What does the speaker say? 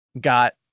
got